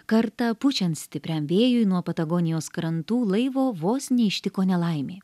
kartą pučiant stipriam vėjui nuo patagonijos krantų laivo vos neištiko nelaimė